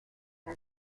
are